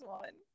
one